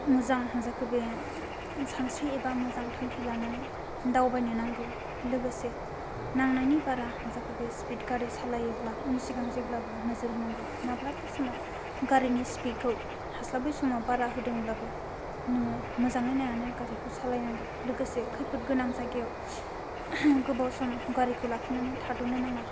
मोजां जोखो बे सानस्रि एबा मोजां थांखि लानानै दावबायनो नांगौ लोगोसे नांनायनि बारा जोखोबे स्पिड गारि सालायोब्ला उन सिगां जेब्लाबो नोजोर होनांगौ माब्ला बे समाव गारिनि स्पिडखौ हास्लाबै समाव बारा होदोंब्लाबो नोङो मोजाङै नायनानै गारिखौ सालायनांगौ लोगोसे खैफोद गोनां जायगायाव गोबाव सम गारिखौ लाखिनानै थाद'नो नाङा